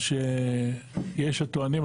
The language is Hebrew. מה שיש הטוענים,